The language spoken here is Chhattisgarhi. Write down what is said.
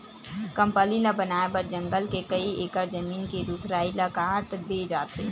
कंपनी ल बनाए बर जंगल के कइ एकड़ जमीन के रूख राई ल काट दे जाथे